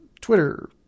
Twitter